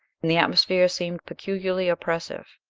and the atmosphere seemed peculiarly oppressive.